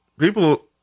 People